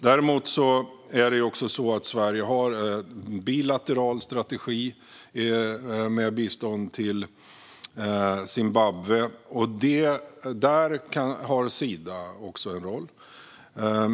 Däremot har Sverige en bilateral strategi med bistånd till Zimbabwe, och där har Sida också en roll.